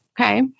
Okay